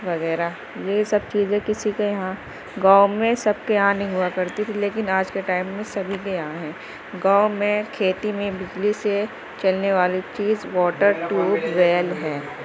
وغیرہ یہ سب چیزیں کسی کے یہاں گاؤں میں سب کے یہاں نہیں ہوا کرتی تھی لیکن آج کے ٹائم میں سبھی کے یہاں ہیں گاؤں میں کھیتی میں بجلی سے چلنے والی چیز موٹر ٹیوب ویل ہیں